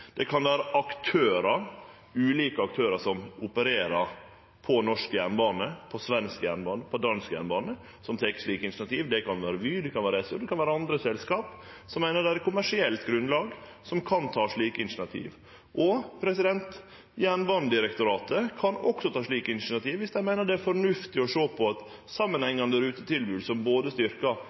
Det kan vi gjere f.eks. frå politisk side. Ulike aktørar, som opererer på norsk jernbane, svensk jernbane eller dansk jernbane, kan ta slike initiativ. Det kan vere Vy, det kan vere SJ eller andre selskap som meiner det er eit kommersielt grunnlag, som kan ta slike initiativ. Jernbanedirektoratet kan også ta slike initiativ viss dei meiner det er fornuftig å sjå på eit samanhengande rutetilbod som styrkjer både